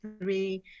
three